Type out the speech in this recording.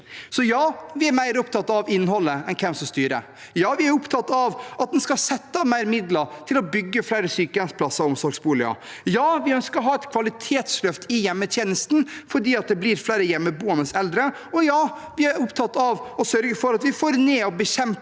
Så ja, vi er mer opptatt av innholdet enn av hvem som styrer. Ja, vi er opptatt av at en skal sette av mer midler til å bygge flere sykehjemsplasser og omsorgsboliger. Ja, vi ønsker å ha et kvalitetsløft i hjemmetjenesten fordi det blir flere hjemmeboende eldre, og ja, vi er opptatt av å sørge for at vi får ned og bekjemper